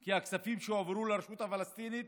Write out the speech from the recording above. כי הכספים שהועברו לרשות הפלסטינית